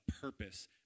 purpose